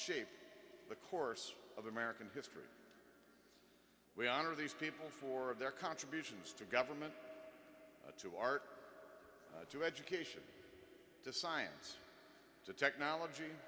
shape the course of american history we honor these people for their contributions to government to art to education to science to technology